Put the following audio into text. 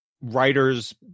writers